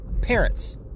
parents